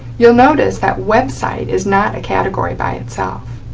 you'll notice that website is not a category by itself.